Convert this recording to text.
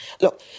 Look